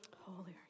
Holy